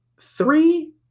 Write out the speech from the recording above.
Three